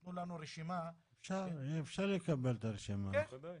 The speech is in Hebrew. שיתנו לנו רשימה -- אפשר לקבל את הרשימה, בוודאי.